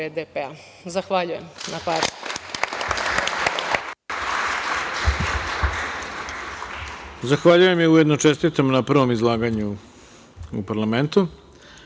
BDP. Zahvaljujem